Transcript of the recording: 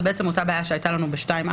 יש פה אותה בעיה שהייתה לנו ב-2(א).